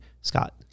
Scott